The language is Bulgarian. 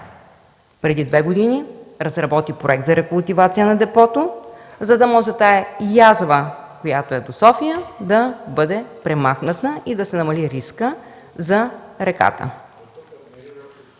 преди две години разработи проект за рекултивация на депото, за да може тази язва до София да бъде премахната и да се намали рискът за реката.